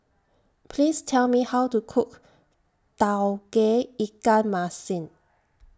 Please Tell Me How to Cook Tauge Ikan Masin